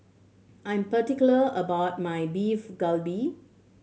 I'm particular about my Beef Galbi